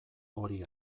hori